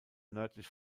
nördlich